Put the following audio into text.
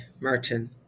Martin